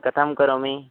कथं करोमि